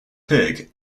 pig